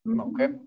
okay